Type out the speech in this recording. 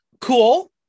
Cool